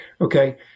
Okay